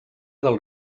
del